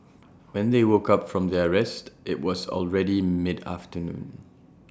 when they woke up from their rest IT was already mid afternoon